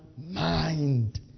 mind